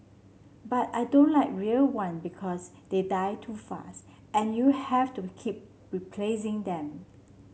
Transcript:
but I don't like real one because they die too fast and you have to keep replacing them